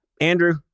Andrew